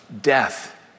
death